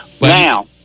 now